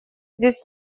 здесь